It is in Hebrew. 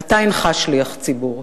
אתה אינך שליח ציבור.